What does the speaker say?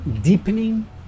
deepening